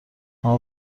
اما